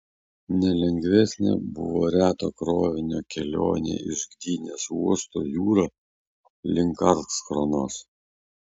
nelengvesnė buvo reto krovinio kelionė iš gdynės uosto jūra link karlskronos